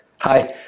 Hi